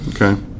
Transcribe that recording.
Okay